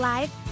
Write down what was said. Live